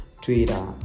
twitter